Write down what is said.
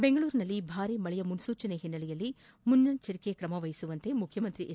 ಬೆಂಗಳೂರಿನಲ್ಲಿ ಭಾರೀ ಮಳೆಯ ಮುನ್ಲೂಚನೆ ಹಿನ್ನೆಲೆಯಲ್ಲಿ ಮುಂಜಾಗ್ರತಾ ಕ್ರಮವಹಿಸುವಂತೆ ಮುಖ್ಯಮಂತ್ರಿ ಎಚ್